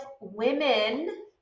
women